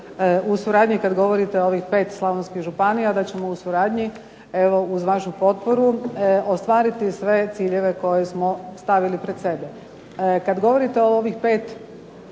u suradnji kad govorite ovih 5 slavonskih županija, da ćemo u suradnji, evo uz vašu potporu ostvariti sve ciljeve koje smo stavili pred sebe. Kad govorite o ovih pet